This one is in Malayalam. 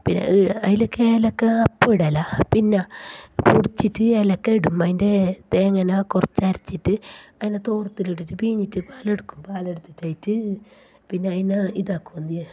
അതിലൊക്കെ ഏലക്ക അപ്പോൾ ഇടലാണ് പിന്നെ പൊടിച്ചിട്ട് ഏലക്ക ഇടുമ്പം അതിന്റെ തേങ്ങയെ കുറച്ചു അരച്ചിട്ട് അതിനെ തോര്ത്തിൽ ഇട്ടിട്ട് പിഴിഞ്ഞിട്ടു പാലെടുക്കും പാൽ എടുത്തിട്ടായിട്ട് പിന്നെ അതിനെ ഇതാക്കും എന്തിയെ